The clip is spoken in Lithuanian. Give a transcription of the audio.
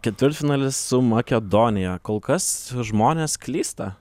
ketvirtfinalis su makedonija kol kas žmonės klysta